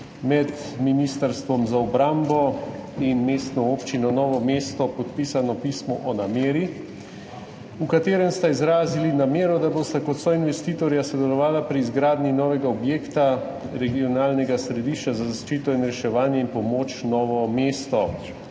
med Ministrstvom za obrambo in Mestno občino Novo mesto podpisano pismo o nameri, v katerem sta izrazila namero, da bosta kot soinvestitorja sodelovala pri izgradnji novega objekta regionalnega središča za zaščito in reševanje in pomoč Novo mesto,